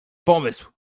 pomysł